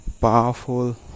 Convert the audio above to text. powerful